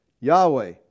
Yahweh